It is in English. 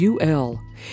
UL